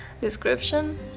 description